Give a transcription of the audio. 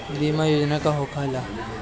बीमा योजना का होखे ला?